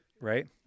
Right